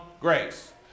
grace